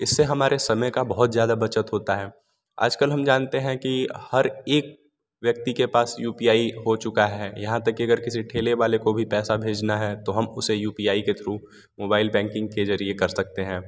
इससे हमारे समय का बहुत ज़्यादा बचत होता है आज कल हम जानते हैं कि हर एक व्यक्ति के पास यू पी आई हो चुका है यहाँ तक कि अगर किसी ठेले वाले को भी पैसा भेजना है तो हम उसे यू पी आई के थ्रू मोबाईल बैंकिंग के ज़रिये कर सकते हैं